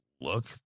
look